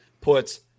puts